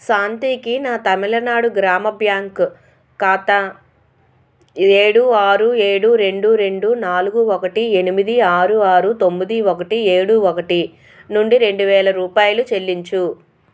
శాంతికి నా తమిళనాడు గ్రామ బ్యాంక్ ఖాతా ఏడు ఆరు ఏడు రెండు రెండు నాలుగు ఒకటి ఎనిమిది ఆరు ఆరు తొమ్మిది ఒకటి ఏడు ఒకటి నుండి రెండు వేల రూపాయలు చెల్లించు